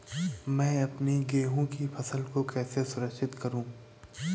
मैं अपनी गेहूँ की फसल को कैसे सुरक्षित करूँ?